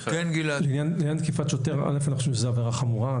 לעניין תקיפת שוטר, אני חושב שזו עבירה חמורה.